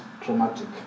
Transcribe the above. traumatic